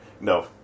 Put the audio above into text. no